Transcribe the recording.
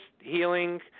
healing